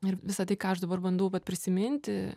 ir visa tai ką aš dabar bandau prisiminti